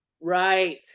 Right